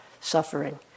suffering